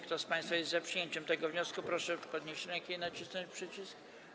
Kto z państwa jest za przyjęciem tego wniosku, proszę podnieść rękę i nacisnąć przycisk.